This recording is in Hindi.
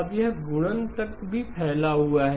अब यह गुणन तक भी फैला हुआ है